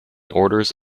orders